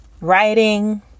writing